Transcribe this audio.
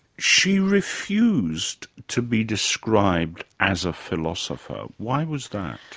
she refused to be described as a philosopher. why was that?